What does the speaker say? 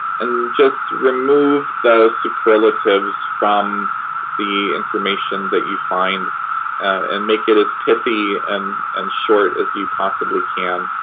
and just remove the superlatives from the information that you find and make it as pithy and and short as you possibly can.